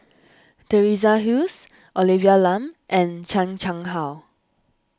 Teresa Hsu Olivia Lum and Chan Chang How